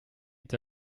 est